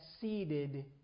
seeded